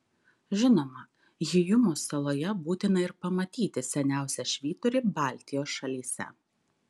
žinoma hyjumos saloje būtina ir pamatyti seniausią švyturį baltijos šalyse